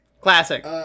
Classic